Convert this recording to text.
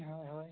ᱦᱳᱭ ᱦᱳᱭ